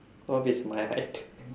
what if it's my height